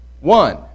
one